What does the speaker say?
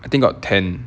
I think got ten